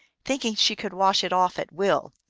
thinking she could wash it off at will.